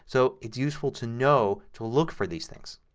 so it's useful to know to look for these things.